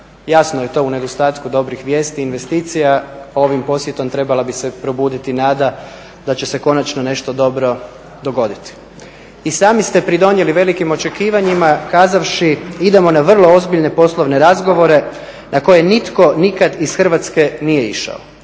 Jasno je to, u nedostatku dobrih vijesti i investicija ovim posjetom trebala bi se probuditi nada da će se konačno nešto dobro dogoditi. I sami ste pridonijeli velikim očekivanjima kazavši idemo na vrlo ozbiljne poslovne razgovore na koje nitko nikad iz Hrvatske nije išao.